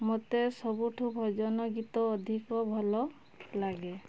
ମୋତେ ସବୁଠୁ ଭଜନ ଗୀତ ଅଧିକ ଭଲ ଲାଗେ